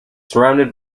surrounded